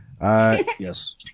Yes